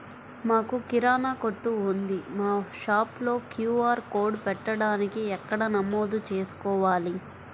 మాకు కిరాణా కొట్టు ఉంది మా షాప్లో క్యూ.ఆర్ కోడ్ పెట్టడానికి ఎక్కడ నమోదు చేసుకోవాలీ?